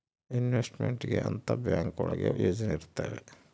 investment ಗೆ ಅಂತ bank ಒಳಗ ಯೋಜನೆ ಇರ್ತವೆ